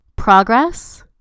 Progress